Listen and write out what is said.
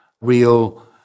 real